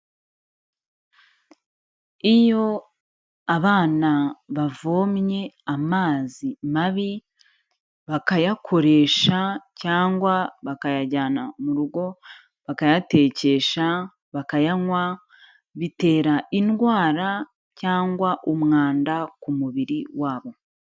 Iyo abana bavomye amazi mabi, bakayakoresha cyangwa bakayajyana mu rugo bakayatekesha bakayanywa, bitera indwara cyangwa umwanda ku mubiri wabo.